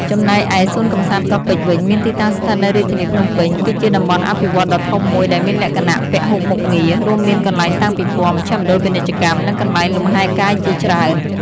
ចំណែកឯ សួនកម្សាន្តកោះពេជ្រវិញ មានទីតាំងស្ថិតនៅរាជធានីភ្នំពេញ គឺជាតំបន់អភិវឌ្ឍន៍ដ៏ធំមួយដែលមានលក្ខណៈពហុមុខងារ រួមមានកន្លែងតាំងពិព័រណ៍ មជ្ឈមណ្ឌលពាណិជ្ជកម្ម និងកន្លែងលំហែកាយជាច្រើន។